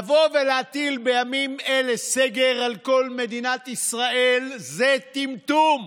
להטיל בימים אלה סגר על כל מדינת ישראל זה טמטום,